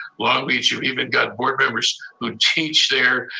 long beach, you've even got board members who teach there,